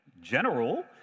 general